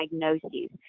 diagnoses